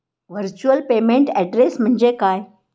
Virtual payment address म्हणजे काय?